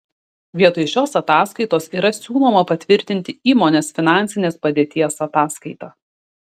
vietoj šios ataskaitos yra siūloma patvirtinti įmonės finansinės padėties ataskaitą